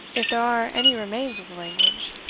if there are any remains of the language.